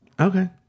Okay